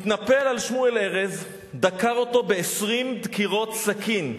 התנפל על שמואל ארז, דקר אותו 20 דקירות סכין,